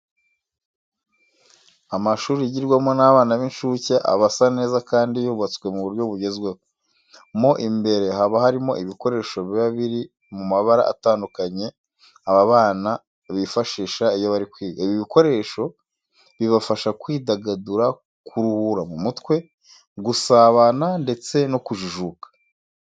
Amashuri yigirwamo n'abana b'incuke aba asa neza kandi yubatswe mu buryo bugezweho. Mo imbere haba harimo ibikoresho biba biri mu mabara atandukanye aba bana bifashisha iyo bari kwiga. Ibi bikoresho bibafasha kwidagadura, kuruhura mu mutwe, gusabana ndetse no kujijuka.